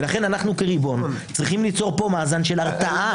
לכן אנו כריבון צריכים ליצור פה מאזן של הרתעה.